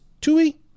Tui